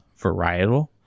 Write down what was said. varietal